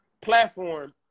platform